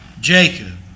Jacob